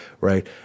right